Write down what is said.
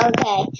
Okay